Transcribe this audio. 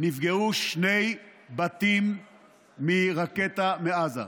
נפגעו שני בתים מרקטה מעזה,